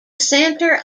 center